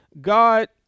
God